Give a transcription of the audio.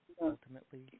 Ultimately